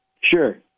Sure